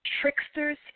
tricksters